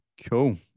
Cool